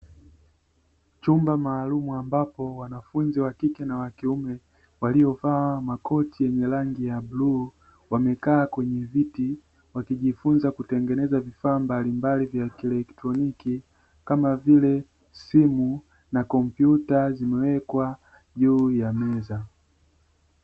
Chumba maalumu ambapo wanafunzi wa kike na wakiume waliovaa makoti yenye rangi ya bluu, wamekaa kwenye viti wakijifunza kutengeneza vifaa mbalimbali vya kielektroniki; kama vile simu na kompyuta zimewekwa juu ya meza.